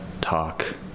talk